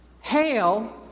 Hail